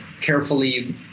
carefully